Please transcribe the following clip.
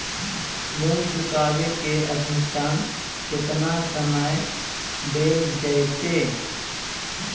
Loan चुकाबे के अधिकतम केतना समय डेल जयते?